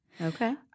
Okay